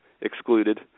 excluded